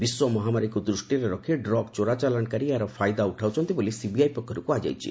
ବିଶ୍ୱ ମହାମାରୀକୁ ଦୂଷ୍ଟିରେ ରଖି ଡ୍ରଗ୍ ଚୋରା ଚାଲାଣକାରୀ ଏହାର ଫାଇଦା ଉଠାଉଚନ୍ତି ବୋଲି ସିବିଆଇ ପକ୍ଷରୁ କୁହାଯାଇଛି